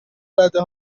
رده